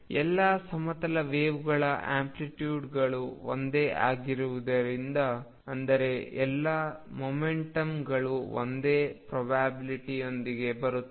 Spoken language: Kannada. ಎಲ್ಲಾ ಸಮತಲ ವೆವ್ಗಳ ಆಂಪ್ಲಿಟ್ಯೂಡ್ಗಳು ಒಂದೇ ಆಗಿರುವುದರಿಂದ ಅಂದರೆ ಎಲ್ಲಾ ಮೊಮೆಂಟಮ್ಗಳು ಒಂದೇ ಪ್ರೊಬ್ಯಾಬಿಲ್ಟಿಯೊಂದಿಗೆ ಬರುತ್ತವೆ